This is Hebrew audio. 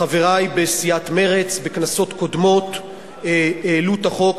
חברי בסיעת מרצ בכנסות קודמות העלו את החוק.